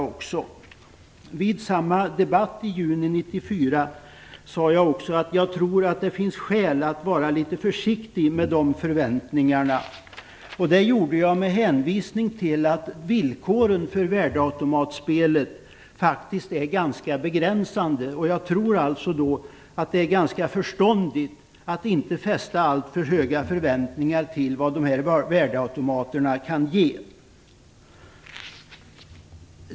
Vid debatten i juni 1994 sade jag också: "Jag tror att det finns skäl att vara litet försiktig med de förväntningarna." Det sade jag med hänvisning till att villkoren för värdeautomatspelet är ganska begränsande. Jag tror alltså att det är ganska förståndigt att inte fästa alltför höga förväntningar till vad värdeautomaterna kan ge.